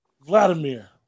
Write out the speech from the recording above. Vladimir